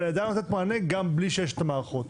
ידענו לתת מענה גם בלי שיש את המערכות.